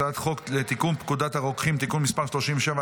הצעת חוק תיקון פקודת הרוקחים (תיקון מס' 37),